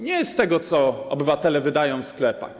Nie z tego, co obywatele wydają w sklepach.